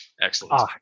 Excellent